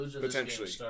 Potentially